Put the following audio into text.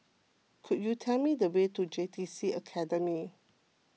could you tell me the way to J T C Academy